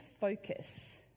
focus